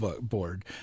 board